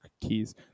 keys